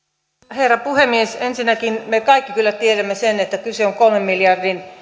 herra puhemies ensinnäkin me kaikki kyllä tiedämme sen että kyse on kolmen miljardin